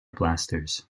blasters